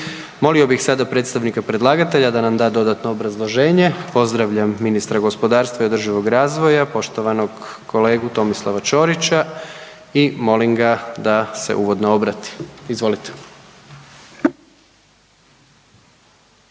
Molio bih sada predstavnika predlagatelja da nam da dodatno obrazloženje. Pozdravljam ministra gospodarstva i održivog razvoja poštovanog kolegu Tomislava Ćorića i molim ga da se uvodno obrati. Izvolite.